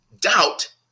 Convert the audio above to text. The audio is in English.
Doubt